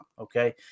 okay